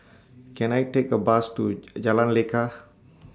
Can I Take A Bus to Jalan Lekar